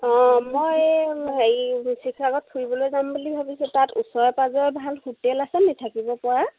অঁ মই হেৰি শিৱসাগৰত ফুৰিবলৈ যাম বুলি ভাবিছোঁ তাত ওচৰে পাঁজৰে ভাল হোটেল আছে নে থাকিব পৰা